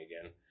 again